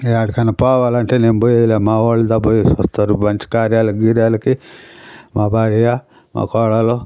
యాడికన్నా పోవాలంటే నేను పోయేదిలే మా వాళ్ళుదా పోయేసి వస్తారు మంచి కార్యాలకి గీర్యాలకి మా భార్యా మా కోడలు